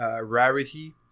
rarity